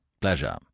pleasure